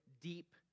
deep